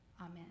Amen